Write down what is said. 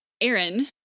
aaron